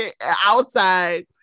outside